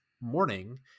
morning